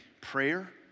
prayer